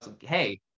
hey